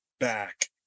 back